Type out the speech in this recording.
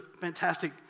fantastic